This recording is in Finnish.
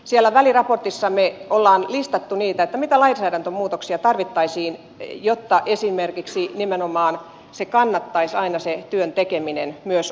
siellä väliraportissa me olemme listanneet mitä lainsäädäntömuutoksia tarvittaisiin jotta se nimenomaan kannattaisi aina se työn tekeminen kos kien myös osatyökykyisiä